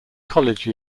college